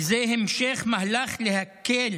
וזה המשך המהלך להקל